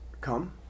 come